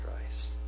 Christ